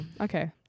Okay